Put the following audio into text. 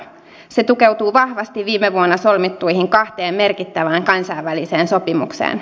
se tukeutuu vahvasti viime vuonna solmittuihin kahteen merkittävään kansainväliseen sopimukseen